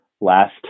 last